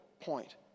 point